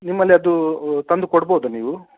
ನಿಮ್ಮಲ್ಲಿ ಅದು ತಂದು ಕೊಡ್ಬೌದ ನೀವು